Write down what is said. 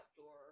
outdoor